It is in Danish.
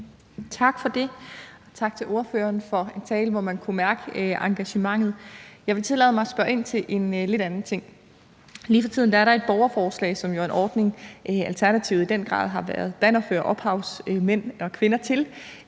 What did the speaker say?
Tak for det. Tak til ordføreren for en tale, hvor man kunne mærke engagementet. Jeg vil tillade mig at spørge ind til en lidt anden ting. Lige for tiden er der et borgerforslag – som jo er en ordning, Alternativet i den grad har været bannerfører for og ophav til